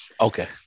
Okay